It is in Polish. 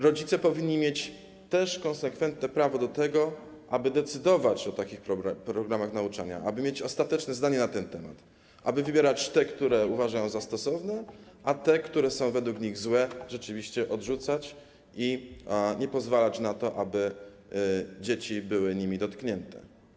Rodzice powinni mieć konsekwentne prawo do tego, aby decydować o takich programach nauczania, aby mieć ostateczne zdanie na ten temat, aby wybierać te, które uważają za stosowne, a te, które są według nich złe, rzeczywiście odrzucać i nie pozwalać na to, aby dzieci były nimi dotknięte.